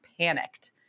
panicked